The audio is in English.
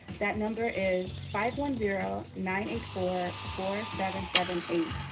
that number is five one zero nine eight four four seven seven eight.